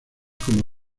como